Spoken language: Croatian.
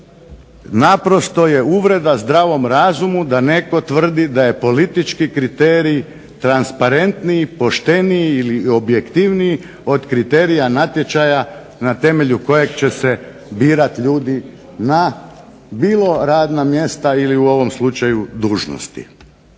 naprosto je uvreda zdravom razumu da netko tvrdi da je politički kriterij transparentniji, pošteniji ili objektivniji od kriterija natječaja na temelju kojeg će se birati ljudi na bilo radna mjesta ili u ovom slučaju dužnosti.